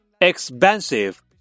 expensive